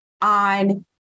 on